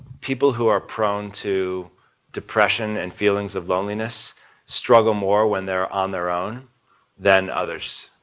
people who are prone to depression and feelings of loneliness struggle more when they're on their own than others.